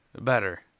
better